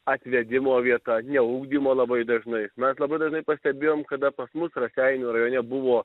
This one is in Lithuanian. atvedimo vieta ne ugdymo labai dažnai mes labai dažnai pastebėjom kada pas mus raseinių rajone buvo